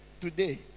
today